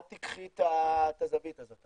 את תיקחי את הזווית הזאת.